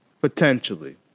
Potentially